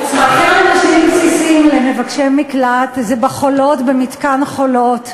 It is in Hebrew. צרכים אנושיים בסיסיים למבקשי מקלט זה בחולות במתקן "חולות".